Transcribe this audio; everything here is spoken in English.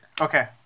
Okay